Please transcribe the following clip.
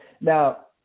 now